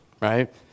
right